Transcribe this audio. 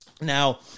Now